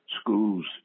schools